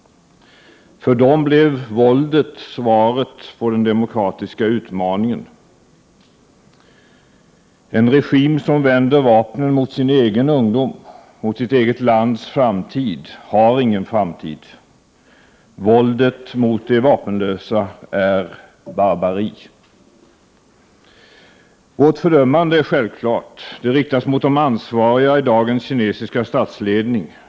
För dem blev våldet svaret på den demokratiska utmaningen. En regim som vänder vapnen mot sin egen ungdom — mot sitt eget lands framtid — har ingen framtid. Våldet mot de vapenlösa är barbari. Vårt fördömande är självklart. Det riktas mot de ansvariga i dagens kinesiska statsledning.